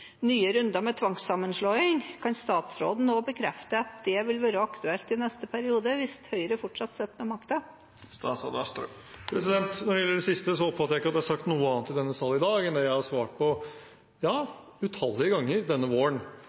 nye runder med tvangssammenslåing: Kan statsråden også bekrefte at det vil være aktuelt i neste periode hvis Høyre fortsatt sitter med makten? Når det gjelder det siste, oppfatter jeg ikke at det er sagt noe annet i denne sal i dag enn det jeg har svart på utallige ganger denne våren,